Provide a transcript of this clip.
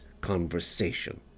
conversation